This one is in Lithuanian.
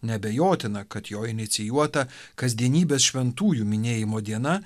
neabejotina kad jo inicijuota kasdienybės šventųjų minėjimo diena